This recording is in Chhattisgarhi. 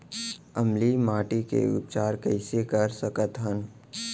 अम्लीय माटी के उपचार कइसे कर सकत हन?